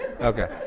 Okay